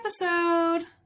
episode